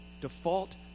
default